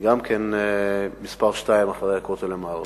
גם כן מספר שתיים אחרי הכותל המערבי.